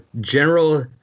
General